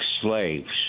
slaves